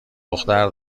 دختر